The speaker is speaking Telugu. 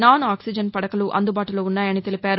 నాన్ ఆక్సిజన్ పడకలు అందుబాటులో ఉన్నాయని తెలిపారు